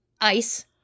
Ice